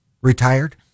retired